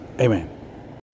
Amen